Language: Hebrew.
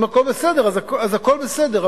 אם הכול בסדר, אז הכול בסדר.